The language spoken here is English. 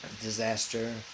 disaster